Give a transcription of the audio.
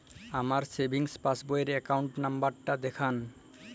আমার savings passbook র account number টা দেখান?